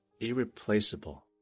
irreplaceable